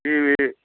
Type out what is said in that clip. TV